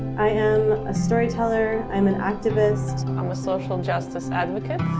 i am a storyteller, i'm an activist i'm a social justice advocate,